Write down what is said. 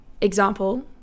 Example